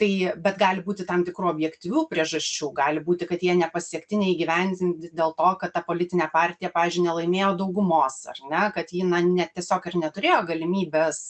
tai bet gali būti tam tikrų objektyvių priežasčių gali būti kad jie nepasiekti neįgyvendinti dėl to kad ta politinė partija pavyzdžiui nelaimėjo daugumos ar ne kad ji na ne tiesiog ir neturėjo galimybės